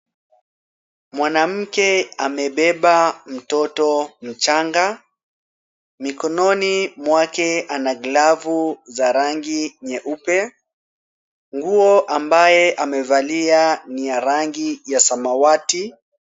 Mwanamke amebeba mtoto mchanga. Mkononi mwake ana glavu za rangi nyeupe. Nguo ambaye amevalia ni ya rangi ya samawati.